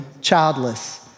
childless